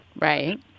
Right